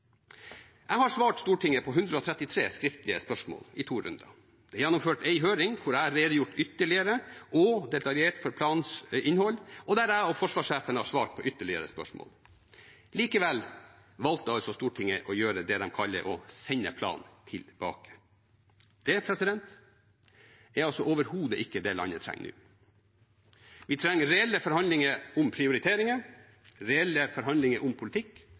Jeg har svart Stortinget på 133 skriftlige spørsmål i to runder. Det er gjennomført en høring, hvor jeg har redegjort ytterligere og detaljert for planens innhold, og der både jeg og forsvarssjefen har svart på ytterligere spørsmål. Likevel valgte altså Stortinget å gjøre det de kaller å sende planen tilbake. Det er overhodet ikke det landet trenger nå. Vi trenger reelle forhandlinger om prioriteringer, reelle forhandlinger om politikk